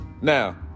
Now